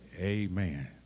Amen